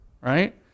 right